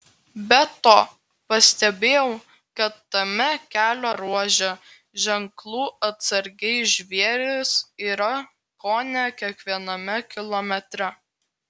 be to pastebėjau kad tame kelio ruože ženklų atsargiai žvėrys yra kone kiekviename kilometre